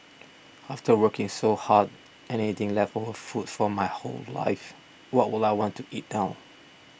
after working so hard and eating leftover food for my whole life why would I want to eat now